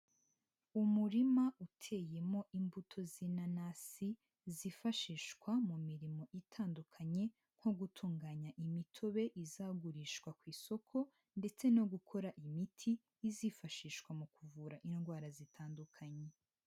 Umurima uteyemo imbuto z'inanasi zifashishwa mu mirimo itandukanye, nko gutunganya imitobe izagurishwa ku isoko ndetse no gukora imiti izifashishwa mu kuvura indwara zitandukanye.